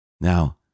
Now